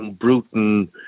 Bruton